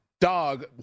dog